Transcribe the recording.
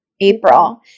April